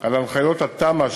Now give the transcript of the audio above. על הנחיות התמ"א,